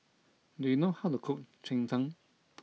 do you know how to cook Cheng Tng